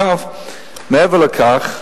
מעבר לכך,